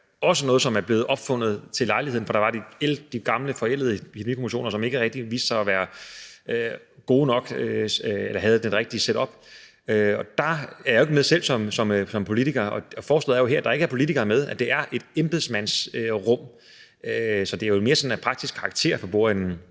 også er noget, som er blevet opfundet til lejligheden. For der var de gamle, forældede epidemikommissioner, som ikke rigtig viste sig at være gode nok eller havde det rigtige setup, og der er jeg jo ikke selv med som politiker, og forslaget her er jo, at der ikke er politikere med, og at det er et embedsmandsrum. Så det er jo vel mere sådan af praktisk karakter med